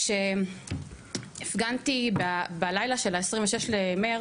כשהפגנתי בלילה של 26 במרץ,